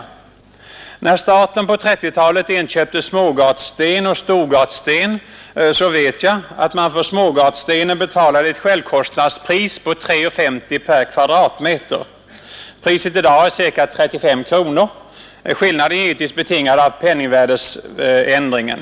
Jag vet att när staten på 1930-talet inköpte smågatsten och storgatsten betalade man för smågatstenen ett självkostnadspris på 3:50 kronor per kvadratmeter. Priset i dag är ca 35 kronor per kvadratmeter. Skillnaden är givetvis betingad av penningvärdesändringen.